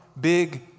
big